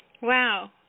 Wow